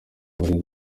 muri